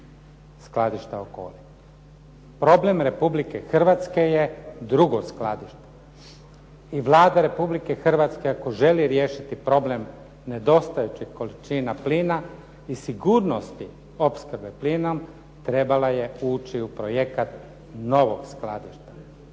skladišta Okoli. Problem Republike Hrvatske je drugo skladište i Vlada Republike Hrvatske ako želi riješiti problem nedostajućih količina plina i sigurnosti opskrbe plinom trebala je ući u projekat novog skladišta.